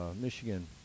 Michigan